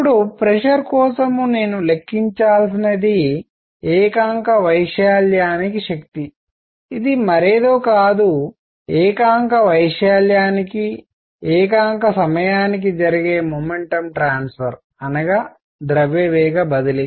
ఇప్పుడు ప్రెషర్ కోసం నేను లెక్కించాల్సినది ఏకాంక వైశాల్యానికి శక్తి ఇది మరేదో కాదు ఏకాంక వైశాల్యానికి ఏకాంక సమయానికి జరిగే మొమెంటం ట్రాన్స్ఫర్ ద్రవ్యవేగ బదిలీ